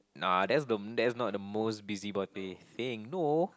nah that's the that's not the most busybody thing no